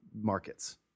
markets